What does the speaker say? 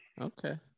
Okay